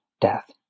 death